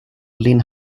lin